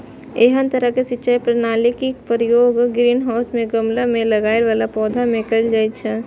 एहन तरहक सिंचाई प्रणालीक प्रयोग ग्रीनहाउस मे गमला मे लगाएल पौधा मे कैल जाइ छै